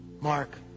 Mark